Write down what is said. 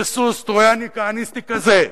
שסוס טרויאני כהניסטי כזה,